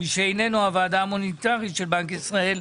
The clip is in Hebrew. מי שאיננו הוועדה המוניטרית של בנק ישראל,